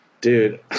dude